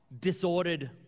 disordered